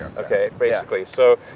okay, basically, so,